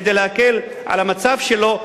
כדי להקל את המצב שלו,